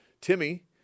Timmy